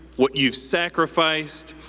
what you've sacrificed,